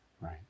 Right